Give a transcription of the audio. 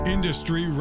Industry